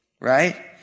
right